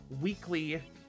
weekly